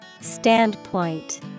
Standpoint